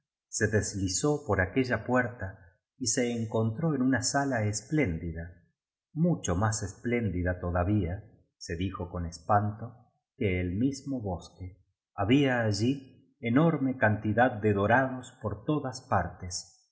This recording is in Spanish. se deslizó por aquella puerta y se encontró en una sala es pléndida mucho más espléndida todavía se dijo con espanto que el mismo bosque había allí enorme cantidad de dorados por todas partes